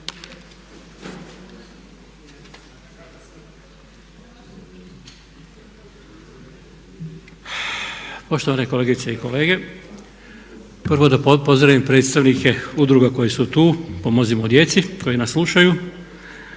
Poštovane kolegice i kolege, prvo da pozdravim predstavnike udruga koje su tu „Pomozimo djeci“ koji nas slušaju,